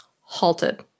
halted